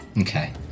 okay